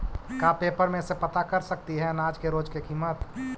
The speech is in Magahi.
का पेपर में से पता कर सकती है अनाज के रोज के किमत?